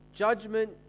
Judgment